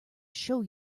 show